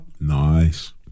Nice